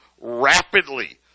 rapidly